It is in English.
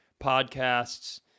podcasts